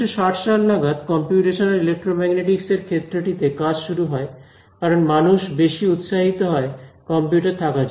1960 সাল নাগাদ computational electromagnetics এর ক্ষেত্রটিতে কাজ শুরু হয় কারণ মানুষ বেশি উৎসাহিত হয় কম্পিউটার থাকার জন্য